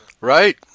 Right